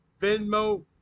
Venmo